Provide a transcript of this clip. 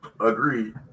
Agreed